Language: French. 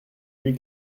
avis